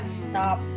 stop